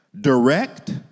direct